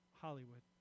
Hollywood